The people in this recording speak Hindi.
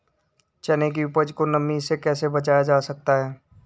चने की उपज को नमी से कैसे बचाया जा सकता है?